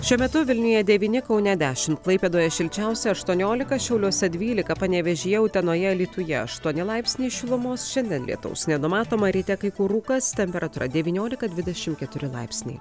šiuo metu vilniuje devyni kaune dešimt klaipėdoje šilčiausia aštuoniolika šiauliuose dvylika panevėžyje utenoje alytuje aštuoni laipsniai šilumos šiandie lietaus nenumatoma ryte kai kur rūkas temperatūra devyniolika dvidešim keturi laipsniai